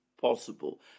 possible